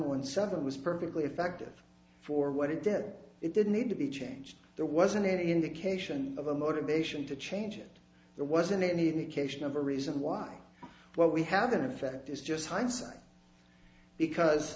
one seven was perfectly effective for what it did it didn't need to be changed there wasn't any indication of a motivation to change it there wasn't any indication of a reason why what we have an effect is just hindsight because